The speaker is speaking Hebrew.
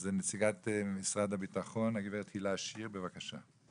אז נציגת משרד הביטחון הגברת הילה שר בבקשה.